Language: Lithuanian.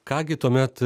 ką gi tuomet